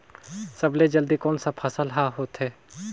सबले जल्दी कोन सा फसल ह होथे?